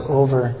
over